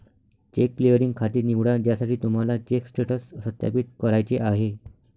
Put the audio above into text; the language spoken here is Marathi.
चेक क्लिअरिंग खाते निवडा ज्यासाठी तुम्हाला चेक स्टेटस सत्यापित करायचे आहे